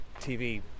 TV